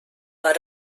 war